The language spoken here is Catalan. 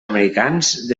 americans